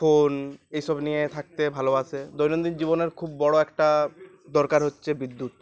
phone এইসব নিয়ে থাকতে ভালোবাসে দৈনন্দিন জীবনের খুব বড়ো একটা দরকার হচ্ছে বিদ্যুৎ